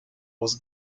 was